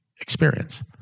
experience